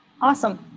Awesome